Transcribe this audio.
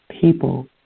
people